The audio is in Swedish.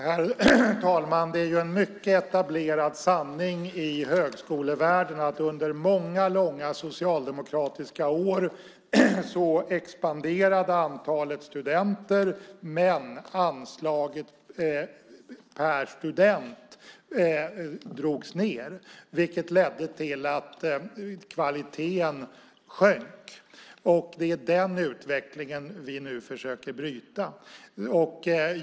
Herr talman! Det är ju en mycket etablerad sanning i högskolevärlden att antalet studenter expanderade under många långa socialdemokratiska år, men anslaget per student drogs ned. Det ledde till att kvaliteten sjönk. Det är den utvecklingen vi nu försöker bryta.